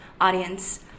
audience